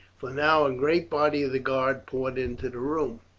for now a great body of the guard poured into the room.